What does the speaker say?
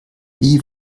wie